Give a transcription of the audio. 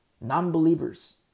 Non-believers